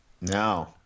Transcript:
no